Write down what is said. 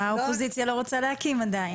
האופוזיציה לא רוצה להקים עדיין.